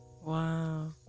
Wow